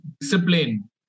discipline